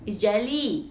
it's jelly